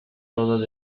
todos